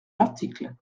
l’article